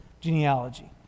genealogy